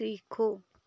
सीखो